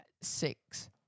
Six